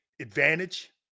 Advantage